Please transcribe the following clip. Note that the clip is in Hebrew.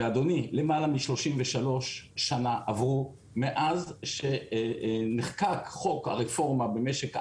ולמעלה מ-33 שנים עברו מאז שנחקק חוק הרפורמה במשק הגז.